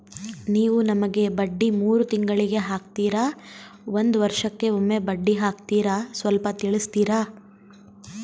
ನೀವು ನಮಗೆ ಬಡ್ಡಿ ಮೂರು ತಿಂಗಳಿಗೆ ಹಾಕ್ತಿರಾ, ಒಂದ್ ವರ್ಷಕ್ಕೆ ಒಮ್ಮೆ ಬಡ್ಡಿ ಹಾಕ್ತಿರಾ ಸ್ವಲ್ಪ ತಿಳಿಸ್ತೀರ?